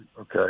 okay